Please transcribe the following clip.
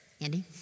Andy